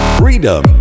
freedom